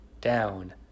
down